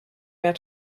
mehr